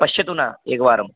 पश्यतु न एकवारं